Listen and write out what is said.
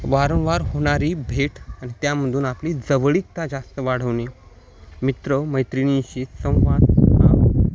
वारंवार होणारी भेट आणि त्यामधून आपली जवळीकता जास्त वाढवणे मित्र मैत्रिणीशी संवाद हा